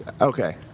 okay